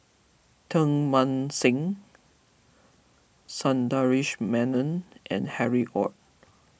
Teng Mah Seng Sundaresh Menon and Harry Ord